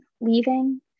leaving